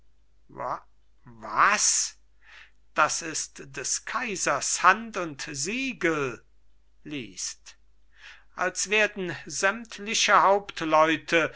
was das ist des kaisers hand und siegel liest als werden sämtliche